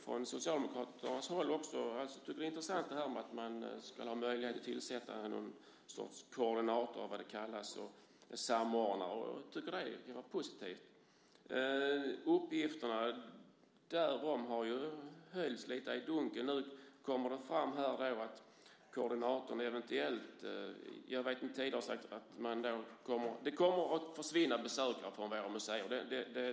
Från Socialdemokraternas håll tycker vi att det är intressant att man ska ha möjlighet att tillsätta någon sorts koordinator, samordnare eller vad det kallas. Jag tycker att det är positivt. Uppgifterna om det har höljts lite i dunkel. Det kommer att försvinna besökare från våra museer.